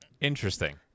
Interesting